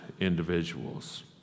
individuals